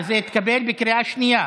זה התקבל בקריאה שנייה.